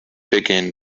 begin